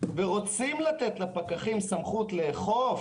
ורוצים לתת לפקחים סמכות לאכוף